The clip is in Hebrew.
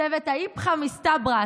צוות האיפכא מסתברא,